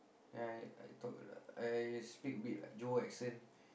then I I talk like I speak a bit like Johor accent